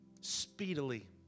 speedily